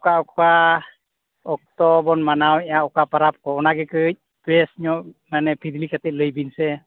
ᱚᱠᱟᱼᱚᱠᱟ ᱚᱠᱛᱚᱵᱚᱱ ᱢᱟᱱᱟᱣᱮᱫᱼᱟ ᱚᱠᱟ ᱯᱟᱨᱟᱵᱽᱠᱚ ᱚᱱᱟᱜᱮ ᱠᱟᱹᱡ ᱯᱨᱮᱥᱧᱚᱜ ᱢᱟᱱᱮ ᱯᱷᱤᱫᱽᱞᱤ ᱠᱟᱛᱮᱫ ᱞᱟᱹᱭᱵᱤᱱ ᱥᱮ